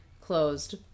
closed